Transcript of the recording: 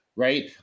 Right